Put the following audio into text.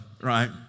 right